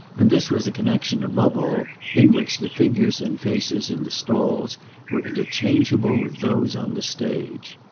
and this was a connexion above all in which the figures and faces in the stalls were interchangeable with those on the stage.